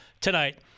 tonight